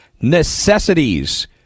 necessities